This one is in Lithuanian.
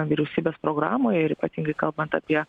vyriausybės programoje ir ypatingai kalbant apie